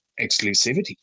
exclusivity